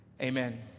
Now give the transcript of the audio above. amen